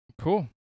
Cool